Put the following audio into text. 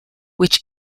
which